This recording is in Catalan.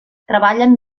treballen